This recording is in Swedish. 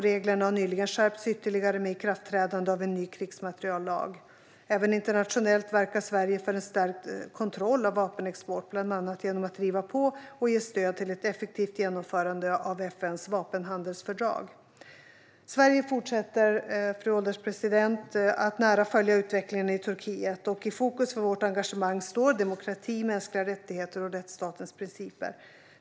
Reglerna har nyligen skärpts ytterligare med ikraftträdande av en ny krigsmateriellag. Även internationellt verkar Sverige för en stärkt kontroll av vapenexport, bland annat genom att driva på och ge stöd till ett effektivt genomförande av FN:s vapenhandelsfördrag. Fru ålderspresident! Sverige fortsätter att nära följa utvecklingen i Turkiet, och i fokus för vårt engagemang står demokrati, mänskliga rättigheter och rättsstatens principer.